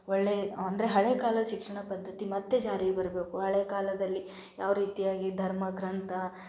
ಒಳ್ಳೆಯ ಅಂದರೆ ಹಳೆ ಕಾಲದ ಶಿಕ್ಷಣ ಪದ್ಧತಿ ಮತ್ತೆ ಜಾರಿಗೆ ಬರಬೇಕು ಹಳೆ ಕಾಲದಲ್ಲಿ ಯಾವ ರೀತಿಯಾಗಿ ಧರ್ಮ ಗ್ರಂಥ